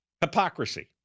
hypocrisy